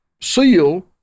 seal